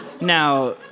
Now